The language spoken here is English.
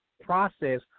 process